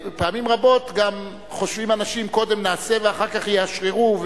פעמים רבות חושבים אנשים: קודם נעשה ואחר כך יאשררו,